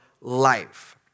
life